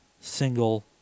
single